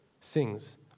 sings